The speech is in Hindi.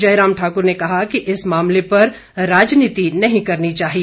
जयराम ठाकुर ने कहा कि इस मामले पर राजनीति नहीं करनी चाहिए